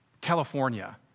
California